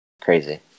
Crazy